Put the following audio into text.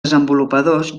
desenvolupadors